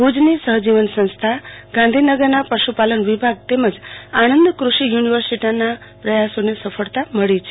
ભુજની સહજીવન સંસ્થા ગાંધીનગરના પશુપાલન વિભાગ તેમજ સાણંદ કૃષિયુનિર્વસીટીના પ્રયાસોને સફળતા મળી છે